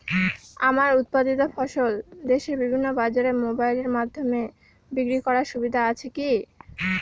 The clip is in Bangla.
আমার উৎপাদিত ফসল দেশের বিভিন্ন বাজারে মোবাইলের মাধ্যমে বিক্রি করার সুবিধা আছে কি?